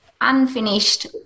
unfinished